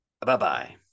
bye-bye